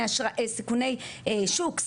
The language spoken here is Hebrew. סיכוני שוק,